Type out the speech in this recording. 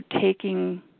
taking